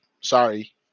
sorry